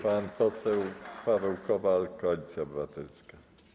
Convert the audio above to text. Pan poseł Paweł Kowal, Koalicja Obywatelska.